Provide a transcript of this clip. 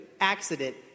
accident